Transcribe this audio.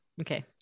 Okay